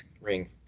ring